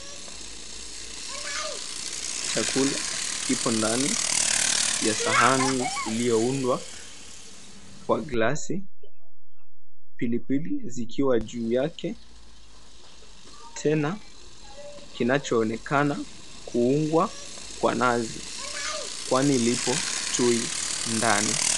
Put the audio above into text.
Chakula kipo ndani ya sahani iliyoundwa kwa glasi pilipili zikiwa juu yake tena kinachoonekana kuungwa kwa nazi kwani ilipo tui ndani.